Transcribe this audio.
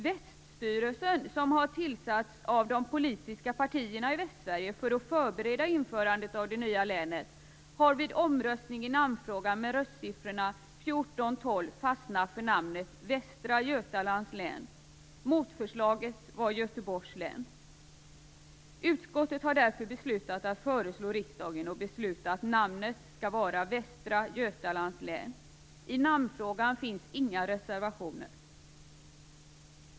Väststyrelsen som har tillsatts av de politiska partierna i Västsverige för att förbereda införandet av det nya länet har vid omröstning i namnfrågan med röstsiffrorna 14-12 fastnat för namnet Västra Götalands län. Motförslaget var Göteborgs län. Utskottet har därför beslutat föreslå riksdagen att besluta att namnet skall vara Västra Götalands län. I namnfrågan finns inga reservationer.